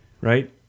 right